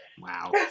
Wow